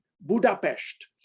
Budapest